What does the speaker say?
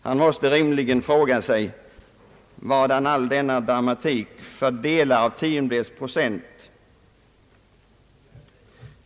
Han måste rimligen fråga sig: Vadan all denna dramatik för delar av tiondels procent?